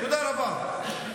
תודה רבה.